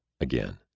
again